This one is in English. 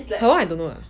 her [one] I don't know